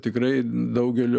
tikrai daugelio